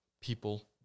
people